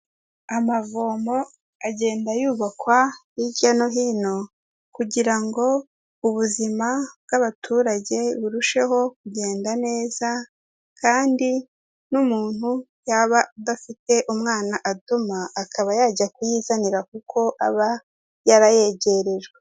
Amavomo agenda yubakwa hirya no hino kugira ngo ubuzima bw'abaturage burusheho kugenda neza kandi n'umuntu yaba adafite umwana atuma, akaba yajya kuyizanira kuko aba yarayegerejwe.